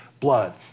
blood